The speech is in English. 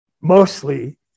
mostly